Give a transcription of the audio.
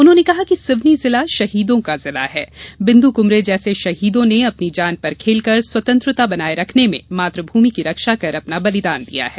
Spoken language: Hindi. उन्होंने कहा कि सिवनी जिला शहीदों का जिला है बिंद् क्मरे जैसे शहीदों ने अपनी जान पर खेलकर स्वतंत्रता बनाये रखने में मातृभूमि की रक्षा कर अपना बलिदान दिया है